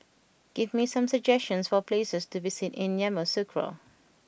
give me some suggestions for places to visit in Yamoussoukro